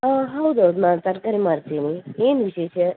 ಹಾಂ ಹೌದೌದು ನಾನು ತರಕಾರಿ ಮಾರ್ತೀನಿ ಏನು ವಿಶೇಷ